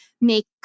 make